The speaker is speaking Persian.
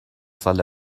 سال